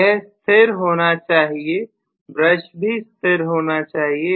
यह फिर होना चाहिए ब्रश भी स्थिर होना चाहिए